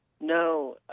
No